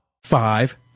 Five